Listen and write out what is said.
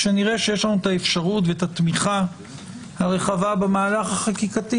כשנראה שיש לנו את האפשרות ואת התמיכה הרחבה במהלך החקיקתי,